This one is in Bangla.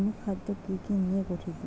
অনুখাদ্য কি কি নিয়ে গঠিত?